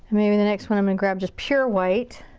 maybe the next one i'm gonna grab just pure white.